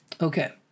Okay